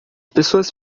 pessoas